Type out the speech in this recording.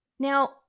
Now